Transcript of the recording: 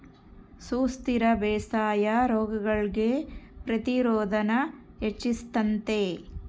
ಸುಸ್ಥಿರ ಬೇಸಾಯಾ ರೋಗಗುಳ್ಗೆ ಪ್ರತಿರೋಧಾನ ಹೆಚ್ಚಿಸ್ತತೆ